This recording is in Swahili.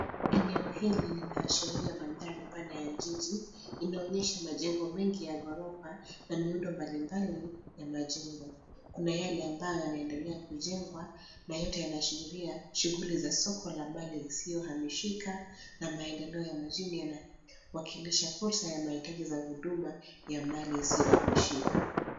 Eneo hili linaashiria mandhari pana ya jiji. Inaonyesha majengo mengi ya ghorofa, na miundo mbalimbali, ya majengo. Kuna yale ambayo yanaendelea kujengwa, na yote yanaashiria, shughuli za soko la mali isiyohamishika, na maendeleo ya mjini yanawakilisha fursa ya mahitaji za huduma, ya mali isiyohamishika.